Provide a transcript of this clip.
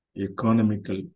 economical